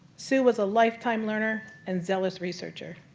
sue was a lifetime learner and zealous researcher.